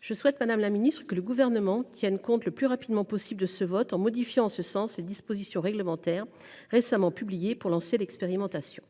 Je souhaite, madame la ministre, que le Gouvernement tienne compte le plus rapidement possible de ce vote, en modifiant en ce sens les dispositions réglementaires récemment publiées pour lancer l’expérimentation.